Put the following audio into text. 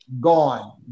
gone